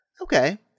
okay